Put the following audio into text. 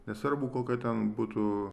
nesvarbu kokia ten būtų